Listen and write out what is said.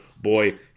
boy